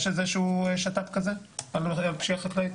יש איזה שהוא שת"פ כזה על פשיעה חקלאית?